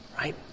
right